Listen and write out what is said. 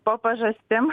po pažastim